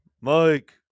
Mike